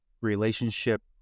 relationship